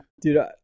Dude